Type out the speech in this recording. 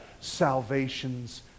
salvation's